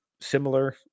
similar